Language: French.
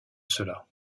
cela